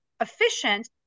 efficient